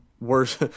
worse